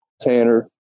Tanner